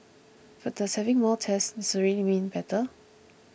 but does having more tests necessarily mean better